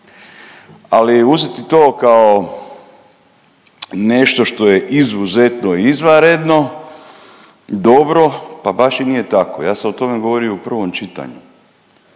Ali uzeti to kao nešto što je izuzetno izvanredno dobro pa baš i nije tako. Ja sam o tome govorio i u prvom čitanju